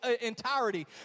entirety